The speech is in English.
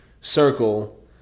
circle